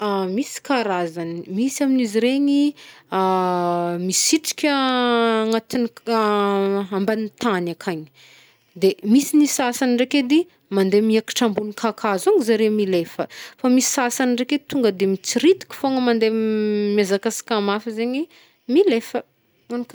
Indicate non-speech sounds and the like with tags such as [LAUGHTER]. [HESITATION] Misy karazagny. Misy amin'izy regny [HESITATION] misitrika anatign- ambany tagny akagny. De misy ny sasany ndreky edy, mandeh miakatra ambony kakazo ao zare milefa. Fa misy sasany ndraiky e, tonga de mitsiritiky fôgna mandeh m- miahazakazaka mafy zegny milefa.